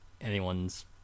anyone's